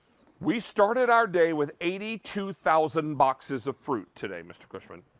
we started our day with eighty two thousand boxes of fruit today, mr. cohen.